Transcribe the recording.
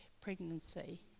pregnancy